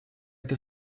это